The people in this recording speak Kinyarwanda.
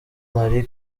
marie